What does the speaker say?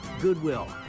Goodwill